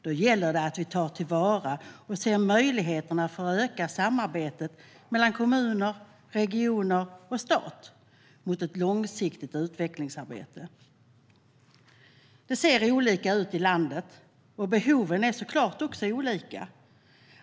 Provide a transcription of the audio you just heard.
Då gäller det att vi tar till vara och ser möjligheterna att öka samarbetet mellan kommuner, regioner och stat mot ett långsiktigt utvecklingsarbete. Det ser olika ut i landet. Behoven är såklart också olika.